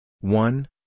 one